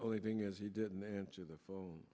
only being as he didn't answer the phone